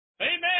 Amen